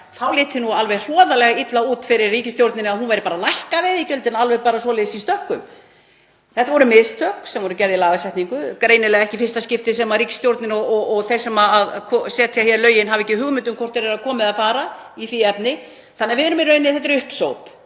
það liti nú alveg hroðalega illa út fyrir ríkisstjórninni að hún væri bara að lækka veiðigjöldin svoleiðis í stökkum. Þetta voru mistök sem voru gerð í lagasetningu, greinilega ekki í fyrsta skipti sem ríkisstjórnin og þeir sem setja lögin hafa ekki hugmynd um hvort þeir eru að koma eða fara í því efni. Þetta er í rauninni uppsóp,